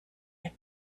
had